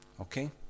Okay